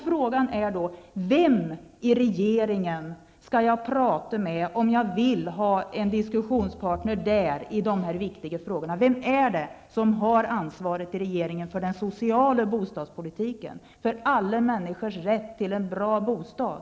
Frågan är då vem i regeringen jag skall prata med om jag vill ha en diskussionspartner i dessa viktiga frågor.